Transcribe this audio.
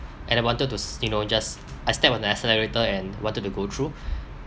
and I wanted to s you know just I stepped on the accelerator and wanted to go through